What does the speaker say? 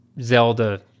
Zelda